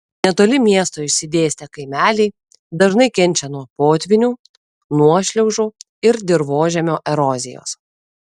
netoli miesto išsidėstę kaimeliai dažnai kenčia nuo potvynių nuošliaužų ir dirvožemio erozijos